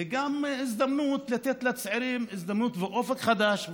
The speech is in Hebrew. וזו גם הזדמנות לתת לצעירים הזדמנות ואופק חדשים,